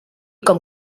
com